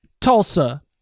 Tulsa